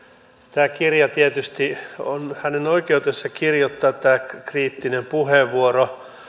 tämä kirja tietysti on hänen oikeutensa kirjoittaa tämä kriittinen puheenvuoro